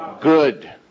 good